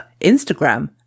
Instagram